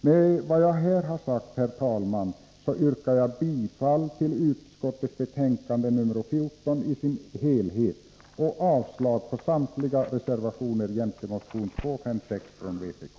Med vad jag här har sagt, herr talman, yrkar jag bifall till utskottets hemställan i dess helhet i betänkande nr 14 och avslag på samtliga reservationer jämte motion 256 från vpk.